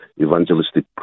evangelistic